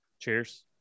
Cheers